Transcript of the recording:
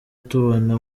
tubona